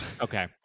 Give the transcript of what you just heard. Okay